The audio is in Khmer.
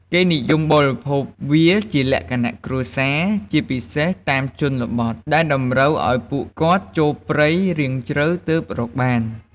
គេនិយមបរិភោគវាជាលក្ខណៈគ្រួសារ ជាពិសេសតាមជនបទ ដែលតម្រូវឱ្យពួកគាត់ចូលព្រៃរាងជ្រៅទើបរកបាន។